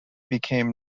became